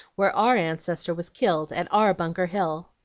where our ancestor was killed, at our bunker hill!